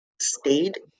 stayed